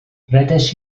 rhedais